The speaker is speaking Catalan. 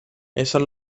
essent